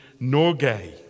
Norgay